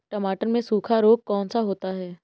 टमाटर में सूखा रोग कौन सा होता है?